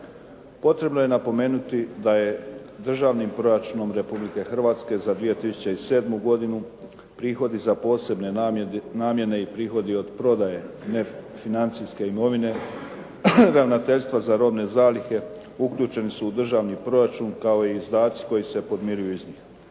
Potrebno je napomenuti da je Državnim proračunom Republike Hrvatske za 2007. godinu prihodi za posebne namjene i prihodi od prodaje nefinancijske imovine Ravnateljstva za robne zalihe uključeni su u državni proračun kao i izdaci koji se podmiruju iz njih.